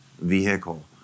vehicle